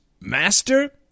master